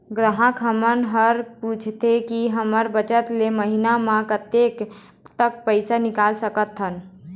ग्राहक हमन हर पूछथें की हमर बचत ले महीना मा कतेक तक पैसा निकाल सकथन?